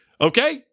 Okay